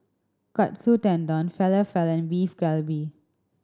Katsu Tendon Falafel and Beef Galbi